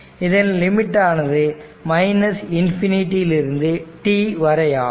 இதன் லிமிட் ஆனது ∞ இலிருந்து t வரையாகும்